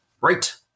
right